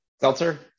Seltzer